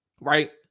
right